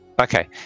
Okay